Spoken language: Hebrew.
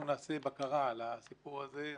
אנחנו נעשה בקרה על הסיפור הזה.